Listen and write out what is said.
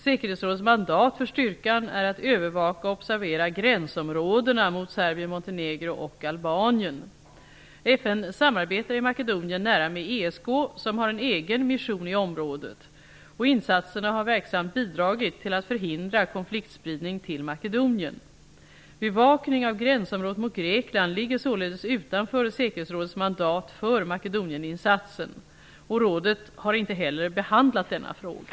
Säkerhetsrådets mandat för styrkan är att övervaka och observera gränsområdena mot Serbien-Montenegro och FN samarbetar i Makedonien nära med ESK som har en egen mission i området. Insatserna har verksamt bidragit till att förhindra konfliktspridning till Makedonien. Bevakning av gränsområdet mot Grekland ligger således utanför säkerhetsrådets mandat för Makedonieninsatsen. Rådet har inte heller behandlat denna fråga.